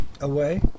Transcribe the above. away